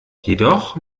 jedoch